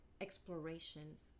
explorations